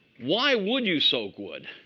why would you soak wood?